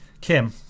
Kim